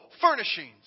furnishings